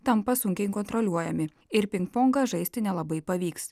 tampa sunkiai kontroliuojami ir pin ponką žaisti nelabai pavyks